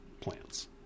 plants